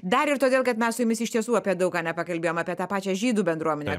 dar ir todėl kad mes su jumis iš tiesų apie daug ką nepakalbėjom apie tą pačią žydų bendruomenę